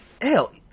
hell